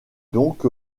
donc